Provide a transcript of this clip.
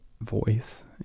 voice